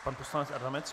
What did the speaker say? Pan poslanec Adamec.